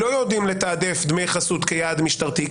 לא יודעים לתעדף דמי חסות כיעד משטרתי.